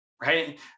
right